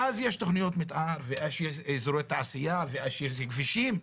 ואז יש תכניות מתאר ואז יש אזורי תעשיה ואז יש כבישים,